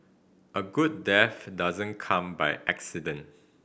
a good death doesn't come by accident